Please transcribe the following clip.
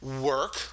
work